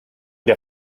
der